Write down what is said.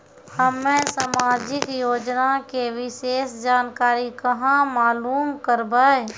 हम्मे समाजिक योजना के विशेष जानकारी कहाँ मालूम करबै?